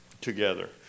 together